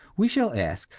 we shall ask,